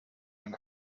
been